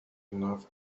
enough